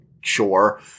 sure